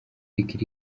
lick